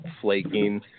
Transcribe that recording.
flaking